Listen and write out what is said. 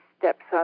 stepson